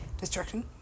Destruction